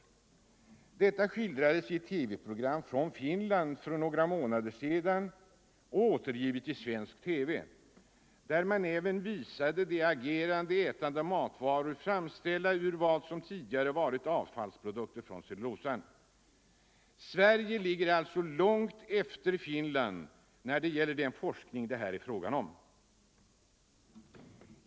Detta skildrades i ett TV-program från Finland för några månader sedan, återgivet i svensk TV, där man även visade de agerande ätande matvaror framställda ur vad som tidigare varit avfallsprodukter från cellulosan. Sverige ligger långt efter Finland då det gäller den forskning det här är fråga om.